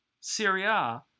Syria